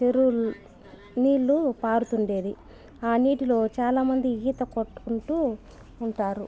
చెరువుల నీళ్ళు పారుతుండేది ఆ నీటిలో చాలామంది ఈత కొట్టకుంటూ ఉంటారు